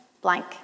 blank